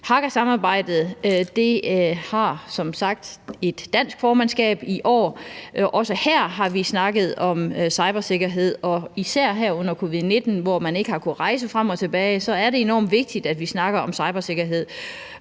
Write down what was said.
Haga-samarbejdet har som sagt et dansk formandskab i år. Også her har vi snakket om cybersikkerhed, og især her under covid-19, hvor man ikke har kunnet rejse frem og tilbage, er det enormt vigtigt, at vi snakker om cybersikkerhed,